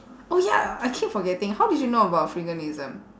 oh ya I keep forgetting how did you know about freeganism